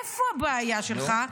איפה הבעיה שלך?